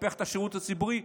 לטפח את השירות הציבורי,